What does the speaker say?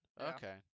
Okay